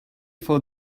for